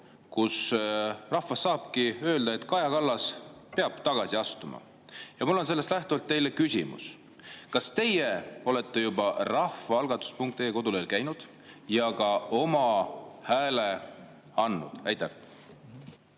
kus rahvas saab öelda, et Kaja Kallas peab tagasi astuma. Mul on sellest lähtuvalt teile küsimus, kas teie olete juba rahvaalgatus.ee kodulehel käinud ja oma hääle andnud. Aitäh!